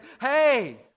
hey